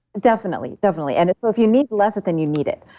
definitely, definitely. and so if you need lecithin you need it,